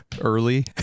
early